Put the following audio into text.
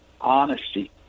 honesty